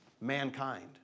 mankind